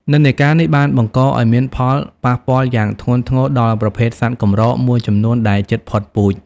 និន្នាការនេះបានបង្កឱ្យមានផលប៉ះពាល់យ៉ាងធ្ងន់ធ្ងរដល់ប្រភេទសត្វកម្រមួយចំនួនដែលជិតផុតពូជ។